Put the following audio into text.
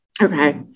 Okay